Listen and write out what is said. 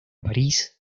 parís